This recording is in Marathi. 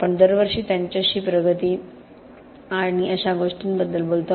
आपण दरवर्षी त्यांच्याशी प्रगती आणि अशा गोष्टींबद्दल बोलतो